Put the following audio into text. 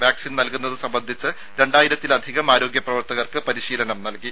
vaccine നൽകുന്നത് സംബന്ധിച്ച് രണ്ടായിരത്തിലധികം ആരോഗ്യ പ്രവർത്തകർക്ക് പരിശീലനം നൽകി